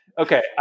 Okay